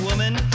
Woman